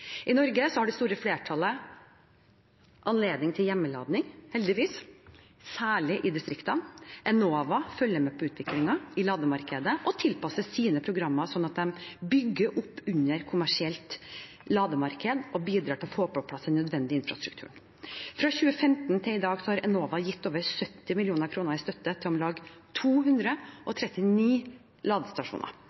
I Norge har det store flertallet anledning til hjemmelading, heldigvis, særlig i distriktene. Enova følger med på utviklingen i lademarkedet og tilpasser sine programmer slik at de bygger opp under et kommersielt lademarked og bidrar til å få på plass den nødvendige infrastrukturen. Fra 2015 til i dag har Enova gitt over 70 mill. kr i støtte til om lag 239 ladestasjoner